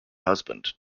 husband